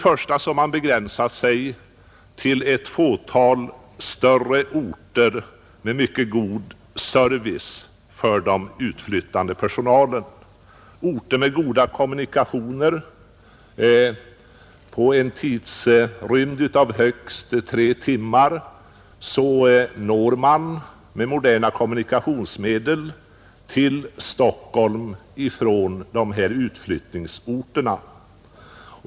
Man har begränsat utflyttningen till ett fåtal större orter med mycket god service för den utflyttade personalen, Orterna har goda kommunikationer — med moderna kommunikationsmedel tar det högst tre timmar att komma till Stockholm från dessa utlokaliseringsorter.